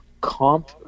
comp